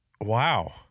wow